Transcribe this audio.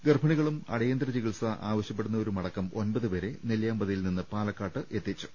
ഗർഭിണികളും അടിയന്തര ചികിത്സ ആവശ്യപ്പെടുന്നവരുമടക്കം ഒൻപതു പേരെ നെല്ലി യാമ്പതിയിൽനിന്ന് പാലക്കാട്ടെത്തിച്ചു